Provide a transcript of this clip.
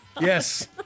Yes